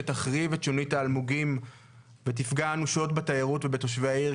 שתחריב את שונית האלמוגים ותפגע אנושות בתיירות ובתושבי העיר,